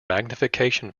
magnification